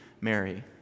Mary